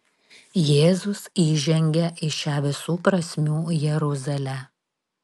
jėzus įžengia į šią visų prasmių jeruzalę